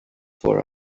for